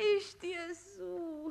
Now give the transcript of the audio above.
iš tiesų